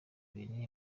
iri